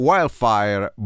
Wildfire